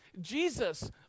Jesus